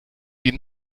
die